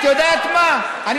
אנחנו בבידוד מדיני נורא ואיום.